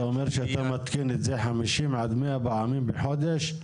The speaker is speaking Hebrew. אתה אומר שאתה מתקין את זה 100-50 פעמים בחודש?